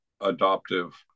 adoptive